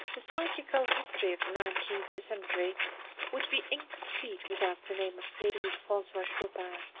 the psychical history of the nineteenth century would be incomplete without the name of frederic francois chopin.